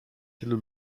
tylu